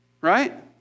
Right